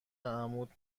عمود